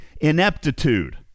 ineptitude